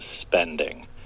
spending